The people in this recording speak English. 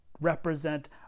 represent